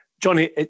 Johnny